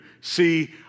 See